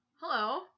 hello